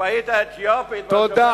הקופאית האתיופית, מה שאתה,